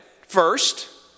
first